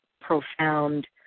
profound